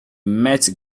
met